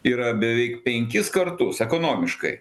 yra beveik penkis kartus ekonomiškai